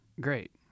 great